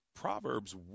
Proverbs